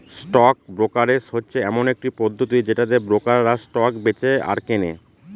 stock brokerage হচ্ছে এমন একটি পদ্ধতি যেটাতে ব্রোকাররা স্টক বেঁচে আর কেনে